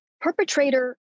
perpetrator